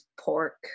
pork